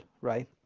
right